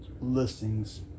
listings